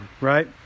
right